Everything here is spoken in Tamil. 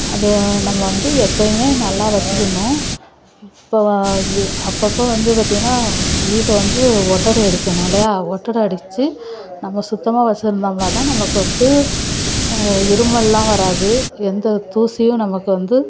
அது நம்ம வந்து எப்போயுமே நல்லா வச்சுக்கிணும் இப்போ வ அப்போ அப்போ வந்து பார்த்திங்கனா வீட்டை வந்து ஒட்டடை அடிக்கணும் இல்லையா ஒட்டடை அடிச்சு நம்ம சுத்தமாக வச்சுருந்தம்னாதான் நமக்கு வந்து இருமல்லாம் வராது எந்த தூசியும் நமக்கு வந்து